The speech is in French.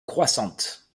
croissante